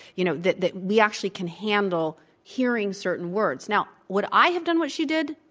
you know that that we actually can handle hearing certain words. now, would i have done what she did?